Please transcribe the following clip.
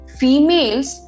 females